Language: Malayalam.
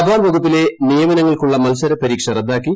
തപാൽ വകുപ്പിലെ നിയമനങ്ങൾക്കുള്ള മത്സര പരീക്ഷ റദ്ദാക്കി